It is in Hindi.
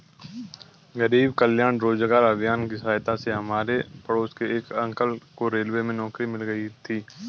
गरीब कल्याण रोजगार अभियान की सहायता से हमारे पड़ोस के एक अंकल को रेलवे में नौकरी मिल गई थी